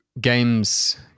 games